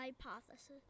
hypothesis